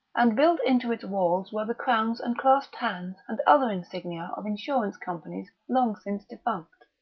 and built into its walls were the crowns and clasped hands and other insignia of insurance companies long since defunct.